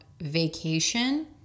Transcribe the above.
vacation